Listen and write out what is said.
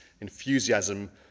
enthusiasm